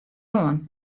oan